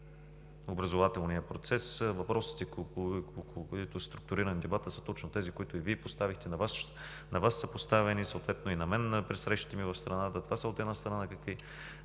образователния процес. Въпросите, около които е структуриран дебатът, са точно тези, които и Вие поставихте, на Вас са поставени, съответно и на мен, при срещите ми в страната. Това са, от една страна, в какви